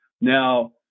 Now